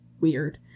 weird